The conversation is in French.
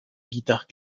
guitare